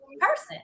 person